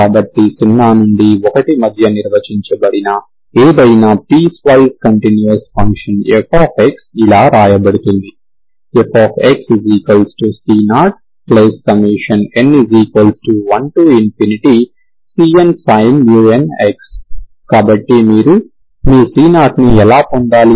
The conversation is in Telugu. కాబట్టి 0 నుండి 1 మధ్య నిర్వచించబడిన ఏదైనా పీస్వైస్ కంటిన్యూస్ ఫంక్షన్ f ఇలా వ్రాయబడుతుంది fxc0n1cnsin nx కాబట్టి మీరు మీ c0ని ఎలా పొందాలి